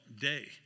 day